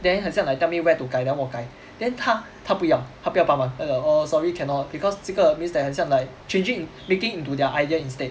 then 很像 like tell me where to 改 then 我改 then 他他不要他不要帮忙他讲 oh sorry cannot because 这个 means that 很像 like changing leaking into their idea instead